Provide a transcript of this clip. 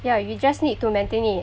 yeah you just need to maintain it